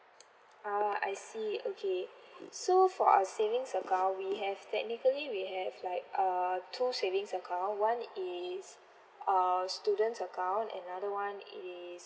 ah I see okay so for our savings account we have technically we have like uh two savings account one is uh student account and another one is